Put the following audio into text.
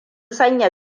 sanya